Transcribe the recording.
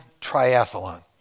triathlon